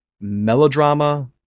melodrama